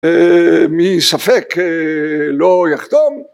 מי ספק לא יחתום